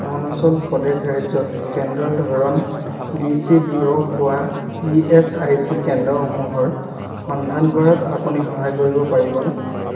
অৰুণাচল প্ৰদেশ ৰাজ্যত কেন্দ্ৰৰ ধৰণ ডি চি বি ও হোৱা ই এচ আই চি কেন্দ্ৰসমূহৰ সন্ধান কৰাত আপুনি সহায় কৰিব পাৰিবনে